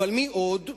אבל מי עוד?